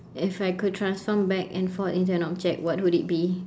if I could transform back and forth into an object what would it be